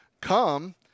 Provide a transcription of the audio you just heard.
come